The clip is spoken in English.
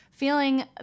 feeling